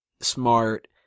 smart